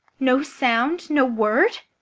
no sound, no word?